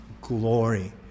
glory